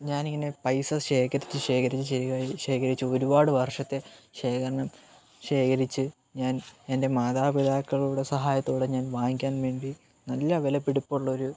ഞാനിങ്ങനെ പൈസ ശേഖരിച്ച് ശേഖരിച്ച് ശേഖരിച്ചൊരുപാട് വർഷത്തെ ശേഖരണം ശേഖരിച്ച് ഞാൻ എന്റെ മാതാപിതാക്കളുടെ സഹായത്തോടെ ഞാൻ വാങ്ങിക്കാൻവേണ്ടി നല്ല വിലപിടിപ്പുള്ള ഒരു